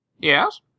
Yes